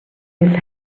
his